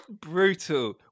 Brutal